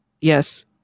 yes